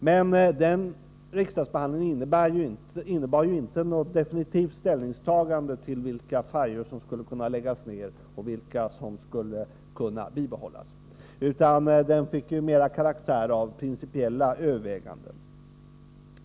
Men den riksdagsbehandlingen innebar ju inte något definitivt ställningstagande till vilka färjor som skulle kunna läggas ned och vilka som skulle kunna bibehållas. Den fick mera karaktären av principiella överväganden.